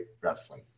wrestling